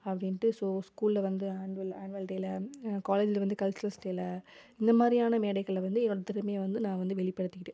அப்படின்ட்டு ஸோ ஸ்கூலில் வந்து ஆன்வல் ஆன்வல் டேவில் காலேஜில் வந்து கல்ச்சரல்ஸ் டேவில் இந்த மாதிரியான மேடைகளில் வந்து என்னோடய திறமையை வந்து நான் வந்து வெளிப்படுத்திக்கிட்டேன்